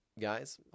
guys